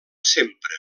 sempre